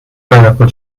pineapple